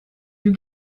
you